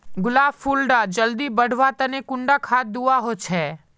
गुलाब फुल डा जल्दी बढ़वा तने कुंडा खाद दूवा होछै?